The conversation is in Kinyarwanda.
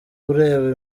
ureba